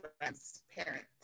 transparent